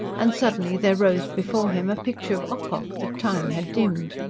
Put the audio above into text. and suddenly there rose before him a picture of ocock that time had dimmed.